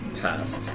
past